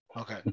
Okay